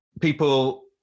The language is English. people